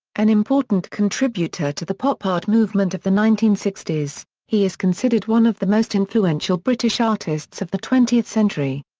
an important contributor to the pop art movement of the nineteen sixty s, he is considered one of the most influential british artists of the twentieth century.